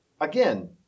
again